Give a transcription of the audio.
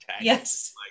yes